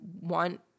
want